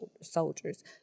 soldiers